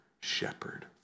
shepherd